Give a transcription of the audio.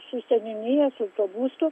su seniūnija su tuo būstu